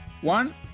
One